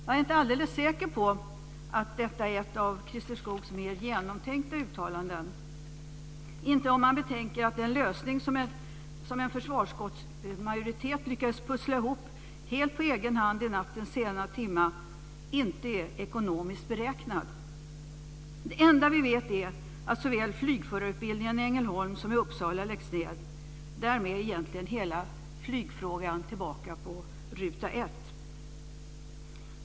Jag är inte alldeles säker på att detta är ett av Christer Skoogs mer genomtänkta uttalanden, inte om man betänker att den lösning som en försvarsutskottsmajoritet lyckades pussla ihop helt på egen hand i nattens sena timma inte är ekonomiskt beräknad. Det enda vi vet är att såväl flygförarutbildningen i Ängelholm som i Uppsala läggs ned. Därmed är egentligen hela flygfrågan tillbaka på ruta 1.